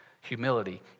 Humility